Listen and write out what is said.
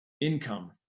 income